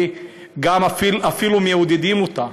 ואפילו מעודדים אותה,